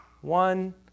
one